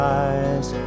eyes